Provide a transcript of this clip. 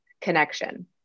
connection